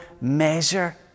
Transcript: measure